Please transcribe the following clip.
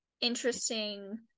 interesting